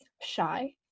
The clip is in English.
shy